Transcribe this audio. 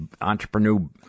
Entrepreneur